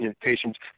patients